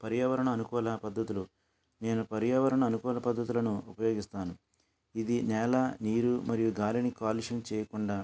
పర్యావరణ అనుకూల పద్దతులు నేను పర్యావరణ అనుకూల పద్దతులను ఉపయోగిస్తాను ఇది నేల నీరు మరియు గాలిని కాలుష్యం చేయకుండా